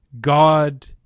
God